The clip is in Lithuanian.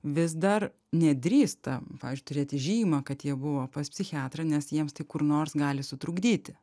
vis dar nedrįsta pavyzdžiui turėti žymą kad jie buvo pas psichiatrą nes jiems tai kur nors gali sutrukdyti